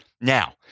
Now